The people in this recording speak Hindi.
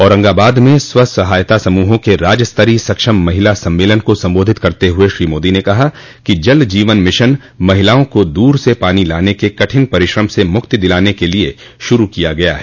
औरंगाबाद में स्व सहायता समूहों के राज्य स्तरीय सक्षम महिला सम्मेलन को संबोधित करते हुए श्री मोदी ने कहा कि जल जीवन मिशन महिलाओं को दूर से पानी लाने के कठिन परिश्रम से मुक्ति दिलाने के लिए शुरु किया गया है